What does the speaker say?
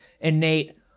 innate